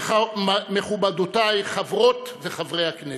מכובדותיי חברות וחברי הכנסת,